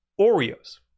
oreos